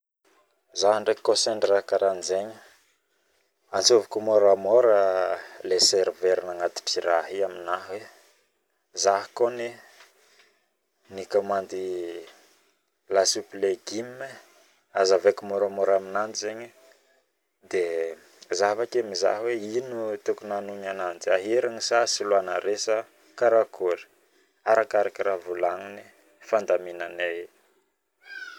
Raho koa sendra raha karanjegny antsoviko moramora lay servera nagnatitra raha i aminahy e zaho kony nikomandy lasopy legim e avake mizaha raha tokony hanogny ananjy aherigny sa soloanareo sa karakory arakaraka raha ifandaminanay eo